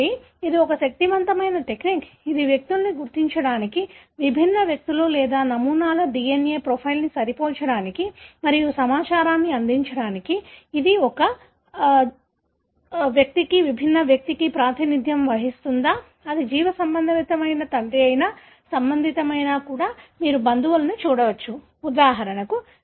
కాబట్టి ఇది ఒక శక్తివంతమైన టెక్నిక్ ఇది వ్యక్తులు గుర్తించడానికి విభిన్న వ్యక్తుల లేదా నమూనాల DNA ప్రొఫైల్ని సరిపోల్చడానికి మరియు సమాచారాన్ని అందించడానికి ఇది ఒకే వ్యక్తికి విభిన్న వ్యక్తికి ప్రాతినిధ్యం వహిస్తుందా అది జీవసంబంధమైన తండ్రి అయినా సంబంధితమైనా కూడా మీరు బంధువులను చూడవచ్చు ఉదాహరణకు